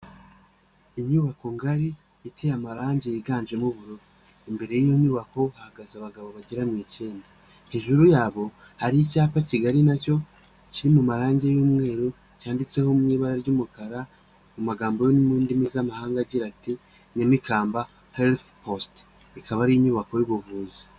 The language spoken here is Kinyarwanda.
Inyubako ngari iteye amarangi yiganjemo ubururu, imbere y'iyo nyubako hahagaze abagabo bagera mu ikenda hejuru yabo hari icyapa kigali nacyo kiri mu marangi y'umweru cyanditseho mu ibara ry'umukara mu magambo yo mu ndimi z'amahanga agira ati Nyamikamba Health Post ikaba ari inyubako y'ubuvuzi.